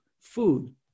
food